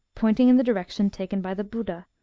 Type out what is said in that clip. pointing in the direction taken by the buda.